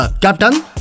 Captain